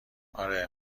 آره